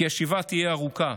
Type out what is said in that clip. כי השיבה תהיה ארוכה.